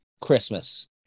Christmas